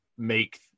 make